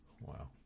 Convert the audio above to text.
Wow